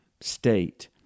state